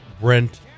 Brent